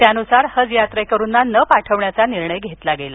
त्यानुसार हज यात्रेकरूना न पाठवण्याचा निर्णय घेतला गेला